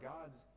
God's